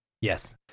Yes